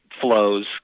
flows